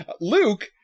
Luke